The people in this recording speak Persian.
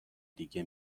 دیگه